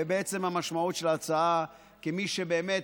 המשמעות של ההצעה, כמי שבאמת